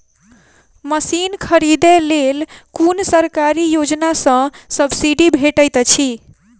Machine खरीदे लेल कुन सरकारी योजना सऽ सब्सिडी भेटैत अछि?